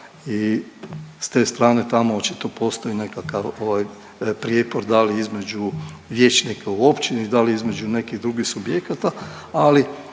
i s te strane, tamo očito postoji nekakav ovaj, prijepor, da li između vijećnika u općini, da li između nekih drugih subjekata, ali